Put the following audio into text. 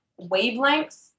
wavelengths